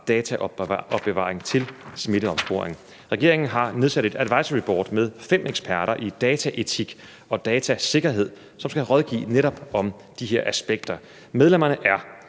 dataopbevaring til smitteopsporing. Regeringen har nedsat et advisoryboard med fem eksperter i dataetik og datasikkerhed, som skal rådgive netop om de her aspekter. Medlemmerne er